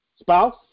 spouse